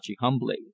humbly